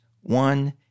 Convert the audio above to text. one